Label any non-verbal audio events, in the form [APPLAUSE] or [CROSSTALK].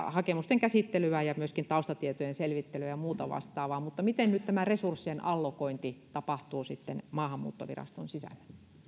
[UNINTELLIGIBLE] hakemusten käsittelyä ja myöskin taustatietojen selvittelyä ja ja muuta vastaavaa mutta miten nyt tämä resurssien allokointi tapahtuu maahanmuuttoviraston sisällä